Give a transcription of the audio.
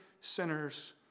sinners